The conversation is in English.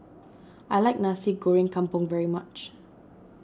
I like Nasi Goreng Kampung very much